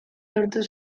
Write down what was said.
lortu